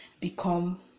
become